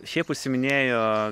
šiaip užsiiminėju